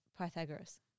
Pythagoras